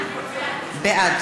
בעד